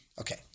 Okay